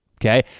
Okay